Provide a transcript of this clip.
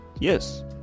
yes